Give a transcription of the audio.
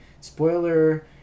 spoiler